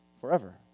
forever